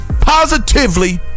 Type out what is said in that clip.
positively